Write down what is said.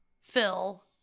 Phil